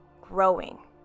growing